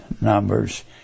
Numbers